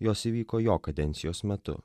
jos įvyko jo kadencijos metu